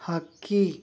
ಹಕ್ಕಿ